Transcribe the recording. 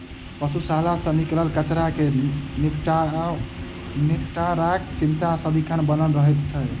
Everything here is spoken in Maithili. पशुशाला सॅ निकलल कचड़ा के निपटाराक चिंता सदिखन बनल रहैत छै